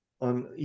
on